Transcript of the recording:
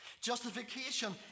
justification